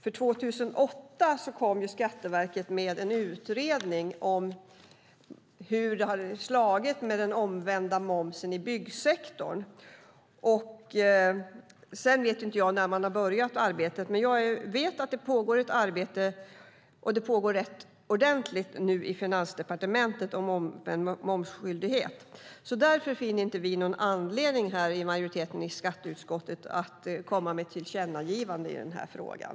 År 2008 kom Skatteverket med en utredning om hur den omvända momsen har slagit i byggsektorn. Jag vet inte när man har påbörjat arbetet, men jag vet att det pågår ett arbete i Finansdepartementet om omvänd momsskyldighet och att det pågår rätt ordentligt. Därför finner inte vi i majoriteten i skatteutskottet någon anledning att komma med ett tillkännagivande i frågan.